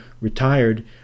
retired